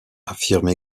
affirme